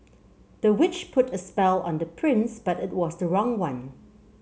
the witch put a spell on the prince but it was the wrong one